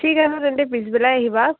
ঠিক আছে তেন্তে পিছবেলাই আহিবা